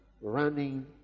running